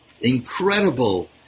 incredible